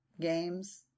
games